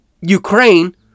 Ukraine